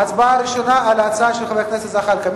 ההצבעה הראשונה על ההצעה של חבר הכנסת זחאלקה.